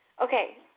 Okay